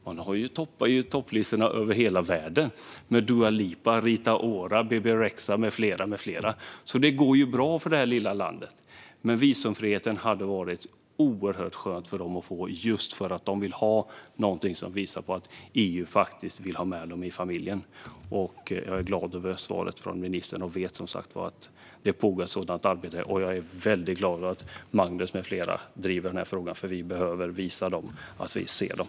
Dua Lipa, Rita Ora, Bebe Rexha med flera toppar listorna över hela världen, så det går bra för det här lilla landet. Det hade dock varit oerhört skönt för dem att få visumfriheten, just för att få någonting som visar att EU faktiskt vill ha med dem i familjen. Jag är glad över svaret från ministern och vet som sagt var att det pågår ett sådant arbete. Jag är också väldigt glad över att Magnus Jacobsson med flera driver frågan, för vi behöver visa dem att vi ser dem.